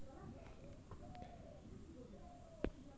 Credit card হারে গেলে কি করা য়ায়?